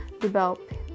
develop